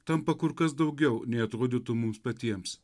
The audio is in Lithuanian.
tampa kur kas daugiau nei atrodytų mums patiems